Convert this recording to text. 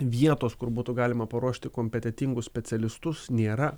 vietos kur būtų galima paruošti kompetentingus specialistus nėra